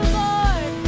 lord